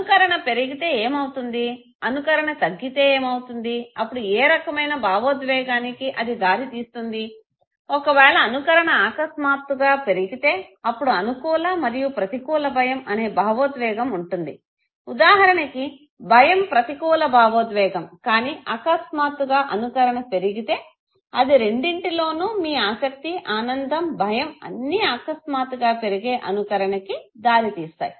అనుకరణ పెరిగితే ఏమవుతుంది అనుకరణ తగ్గితే ఏమవుతుంది అప్పుడు ఏ రకమైన భావోద్వేగానికి అది దారి తీస్తుంది ఒకవేళ అనుకరణ అకస్మాత్తుగా పెరిగితే అప్పుడు అనుకూల మరియు ప్రతికూల భయం అనే భావోద్వేగం ఉంటుంది ఉదాహరణకి భయం ప్రతికూల భావోద్వేగం కానీ అకస్మాత్తుగా అనుకరణ పెరిగితే అది రెండింటిలో మీ ఆసక్తి ఆనందం భయం అన్నీ అకస్మాత్తుగా పెరిగే అనుకరణకి దారి తీస్తాయి